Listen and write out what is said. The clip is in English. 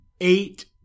eight